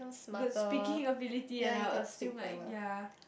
good speaking ability and I will assume like ya